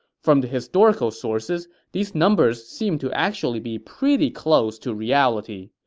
from the historical sources, these numbers seem to actually be pretty close to reality.